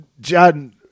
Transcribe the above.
John